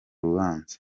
rubanza